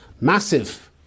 massive